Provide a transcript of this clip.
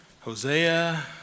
Hosea